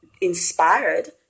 inspired